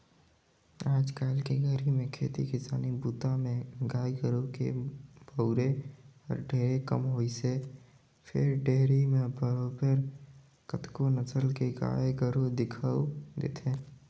आयज के घरी में खेती किसानी बूता में गाय गोरु के बउरई हर ढेरे कम होइसे फेर डेयरी म बरोबर कतको नसल के गाय गोरु दिखउल देथे